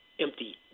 empty